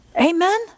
Amen